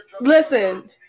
Listen